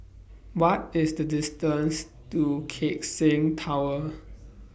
What IS The distance to Keck Seng Tower